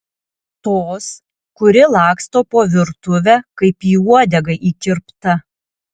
tos kuri laksto po virtuvę kaip į uodegą įkirpta